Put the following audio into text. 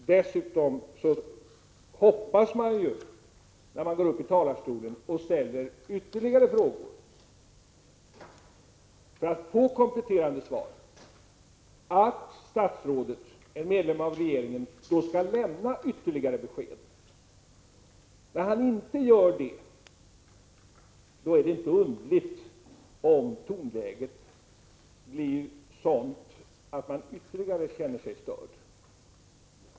Dessutom hoppas man ju, när man går upp i talarstolen och ställer ytterligare frågor för att få kompletterande svar, att statsrådet, en medlem av regeringen, då skall lämna besked. När han inte gör det, är det inte underligt om jag känner mig ännu mera störd, vilket tonläget möjligen vittnar om.